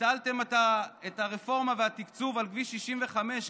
ביטלתם את הרפורמה והתקצוב על כביש 65,